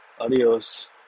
adios